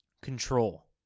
Control